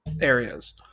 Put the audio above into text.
areas